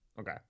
okay